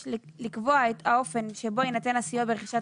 לקבוע את האופן שבו יינתן הסיוע ברכישת